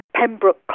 Pembroke